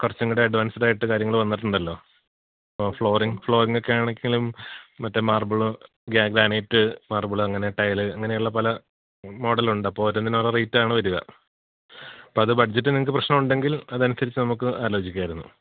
കുറച്ചുംകൂടെ അഡ്വാൻസ്ഡായിട്ട് കാര്യങ്ങൾ വന്നിട്ടുണ്ടല്ലോ ഇപ്പോൾ ഫ്ലോറിംഗ് ഫ്ലോറിങ്ങൊക്കെ ആണെങ്കിലും മറ്റേ മാർബിൾ ഗ്രാനൈറ്റ് മാർബിൾ അങ്ങനെ ടൈൽ അങ്ങനെ ഉള്ള പല മോഡൽ ഉണ്ട് അപ്പോൾ ഓരോന്നിന് ഓരോ റേറ്റാണ് വരിക അപ്പം അത് ബഡ്ജറ്റ് നിങ്ങൾക്ക് പ്രശ്നം ഉണ്ടെങ്കിൽ അതനുസരിച്ച് നമുക്ക് ആലോചിക്കാമായിരുന്നു